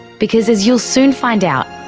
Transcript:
because as you'll soon find out,